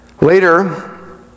Later